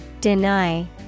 Deny